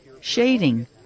shading